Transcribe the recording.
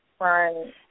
Right